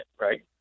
right